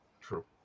True